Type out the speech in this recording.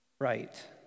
right